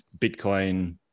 Bitcoin